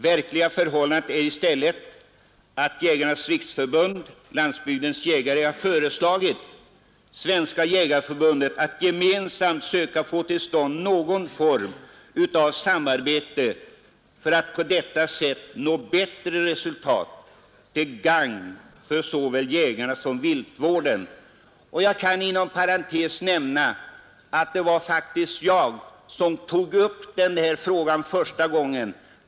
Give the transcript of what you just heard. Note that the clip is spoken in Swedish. Verkliga förhållandet är i stället att Jägarnas riksför = Å"Slag a RE bund-Landsbygdens jägare har föreslagit Svenska jägareförbundet att fonden till Jägarnas gemensamt söka få till stånd någon form av samarbete för att på detta riksförbund-Landsbygdens jägare sätt nå bättre resultat till gagn för såväl jägarna som viltvården. Jag kan inom parentes nämna att det var faktiskt jag som tog upp den här frågan första gången.